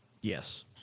Yes